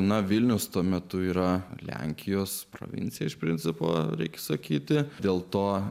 na vilnius tuo metu yra lenkijos provincija iš principo reik sakyti dėl to